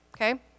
okay